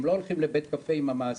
כי לא הולכים לבית הקפה עם המעסיק